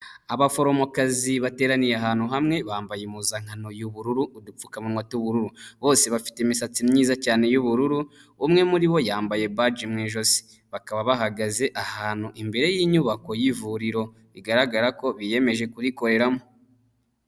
Abaforomokazi bateraniye ahantu hamwe bambaye impuzankano y'ubururu udupfukamunwa tw'ubururu bose bafite imisatsi myiza cyane y'ubururu umwe muri bo yambaye baji mu ijosi bakaba bahagaze ahantu imbere y'inyubako y'ivuriro rigaragara ko biyemeje kurikoreramo.